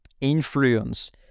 influence